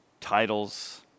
Titles